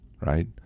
right